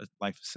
life